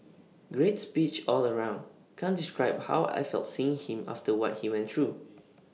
great speech all round can't describe how I felt seeing him after what he went through